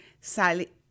sale